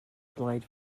blaid